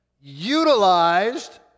utilized